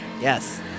Yes